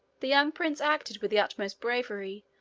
the young prince acted with the utmost bravery,